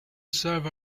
serve